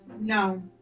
No